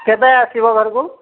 କେବେ ଆସିବ ଘରକୁ